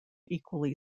equally